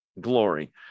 glory